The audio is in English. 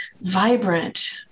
vibrant